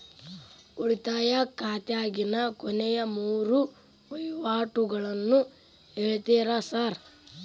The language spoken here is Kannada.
ಉಳಿತಾಯ ಖಾತ್ಯಾಗಿನ ಕೊನೆಯ ಮೂರು ವಹಿವಾಟುಗಳನ್ನ ಹೇಳ್ತೇರ ಸಾರ್?